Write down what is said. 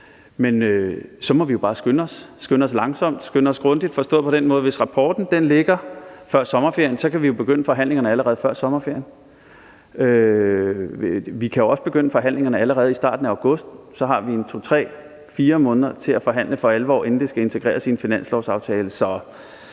men så må vi bare skynde os, skynde os langsomt, skynde os grundigt. Det skal forstås på den måde, at hvis rapporten ligger før sommerferien, kan vi begynde forhandlingerne allerede før sommerferien. Vi kan også begynde forhandlingerne allerede i starten af august, så har vi 2, 3, 4 måneder til at forhandle for alvor, inden det skal integreres i en finanslovsaftale.